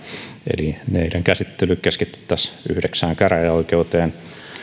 eli niiden käsittely keskitettäisiin yhdeksään käräjäoikeuteen